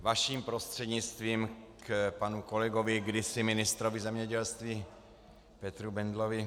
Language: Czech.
Vaším prostřednictvím k panu kolegovi, kdysi ministru zemědělství, Petru Bendlovi.